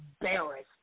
embarrassed